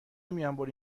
میانبری